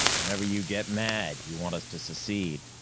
whenever you get mad, you want us to secede.